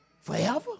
Forever